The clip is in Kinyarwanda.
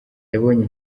yabonye